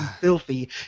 filthy